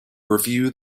review